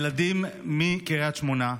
ילדים מקריית שמונה,